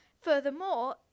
Furthermore